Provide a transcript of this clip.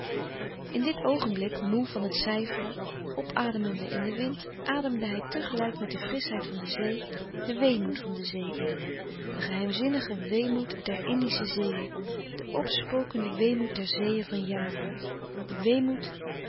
in dit oogenblik moê van het cijferen opademende in den wind ademde hij tegelijk met de frischheid van de zee den weemoed van de zee in den geheimzinnigen weemoed der indische zeeën den opspokenden weemoed louis couperus de stille kracht der zeeën van java de weemoed